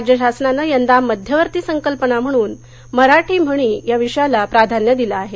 राज्य शासनानं यंदा मध्यवर्ती संकल्पना म्हणून मराठी म्हणी या विषयाला प्राधान्य दिले आहे